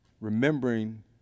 remembering